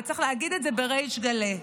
וצריך להגיד את זה בריש גלי.